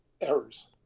errors